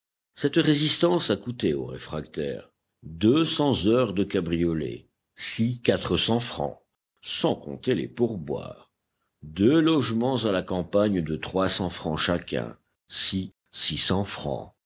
cette résistance a coûté au réfractaire deux cents heures de cabriolet ci francs sans compter les pourboires deux logements à la campagne de francs chacun ci francs